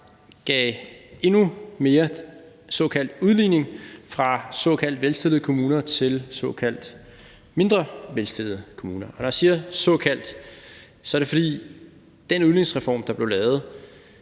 gav endnu mere såkaldt udligning fra såkaldt velstillede kommuner til såkaldt mindre velstillede kommuner. Når jeg siger »såkaldt«, er det, fordi den udligningsreform, der blev lavet,